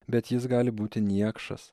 bet jis gali būti niekšas